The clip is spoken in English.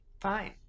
Fine